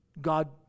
God